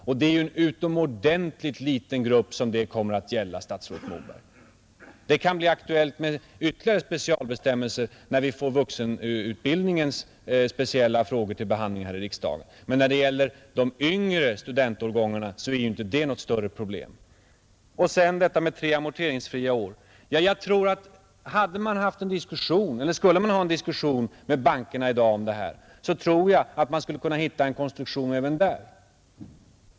Och det är ju en utomordentligt liten grupp som det kommer att gälla, statsrådet Moberg. Det kan bli aktuellt med ytterligare specialbestämmelser när vi får de särskilda vuxenutbildningsfrågorna till behandling här i riksdagen, men när det gäller de yngre studentårgångarna, så är det ju inte något större problem. Så några ord om detta med tre amorteringsfria år. Jag tror att man, om man skulle ha en diskussion med bankerna om detta i dag, även här skulle kunna hitta en konstruktion.